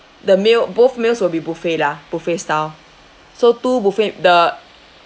the meal both meals will be buffet lah buffet style so two buffet the